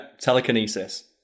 telekinesis